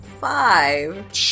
five